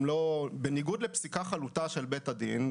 בניגוד לפסיקה חלוטה של בית הדין,